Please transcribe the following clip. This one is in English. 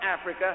Africa